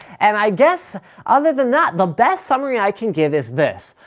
and i guess other than that, the best summary i can give is this.